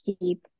keep